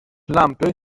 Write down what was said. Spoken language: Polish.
lampy